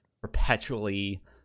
perpetually